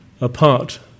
apart